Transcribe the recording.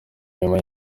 nyuma